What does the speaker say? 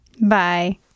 Bye